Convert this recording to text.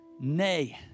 Nay